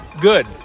good